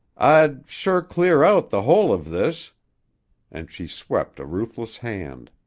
i'd sure clear out the whole of this and she swept a ruthless hand.